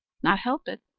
not help it!